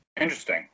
Interesting